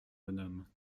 bonhomme